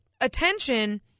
attention